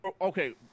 okay